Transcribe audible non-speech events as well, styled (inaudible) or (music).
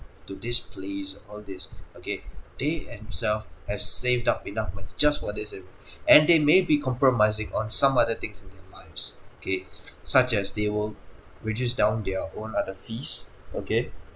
to this place all this okay they themself have saved up enough money just for days ago (breath) and they may be compromising on some other things in their lives okay (breath) such as they will reduce down their own other fees okay